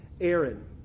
Aaron